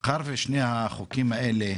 מאחר ששני החוקים הללו,